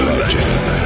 Legend